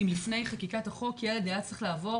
אם לפני חקיקת החוק ילד היה צריך לעבור